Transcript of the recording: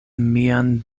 mian